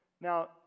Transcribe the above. Now